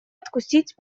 откусить